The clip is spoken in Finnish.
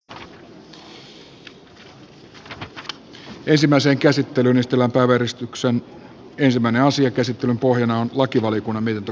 ensimmäisen käsittelyn ystävänpäiväeristyksen ensimmäinen asia käsittelyn pohjana on lakivaliokunnan mietintö